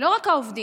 לא רק העובדים.